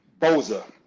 Boza